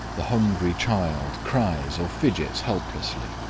the hungry child cries or fidgets helplessly,